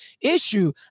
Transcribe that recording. issue